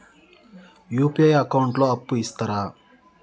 UPI account లో అప్పు ఇస్తరా?